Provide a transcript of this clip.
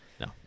No